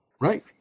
right